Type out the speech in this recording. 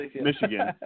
Michigan